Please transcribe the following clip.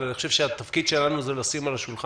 אבל אני חושב שתפקידנו הוא לשים את זה על השולחן,